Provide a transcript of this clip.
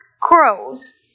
crows